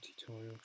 tutorial